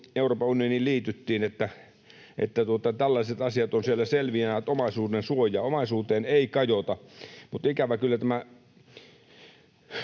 Euroopan unioniin liityttiin, että tällaiset asiat kuin omaisuudensuoja ovat siellä selviä — omaisuuteen ei kajota. Mutta ikävä kyllä tämä